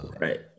Right